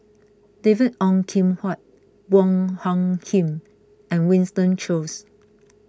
David Ong Kim Huat Wong Hung Khim and Winston Choos